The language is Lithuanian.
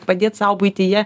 padėt sau buityje